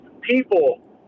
people